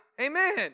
Amen